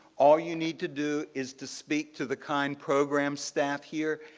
all you need to do is to speak to the kind program staff here,